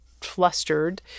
flustered